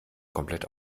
komplett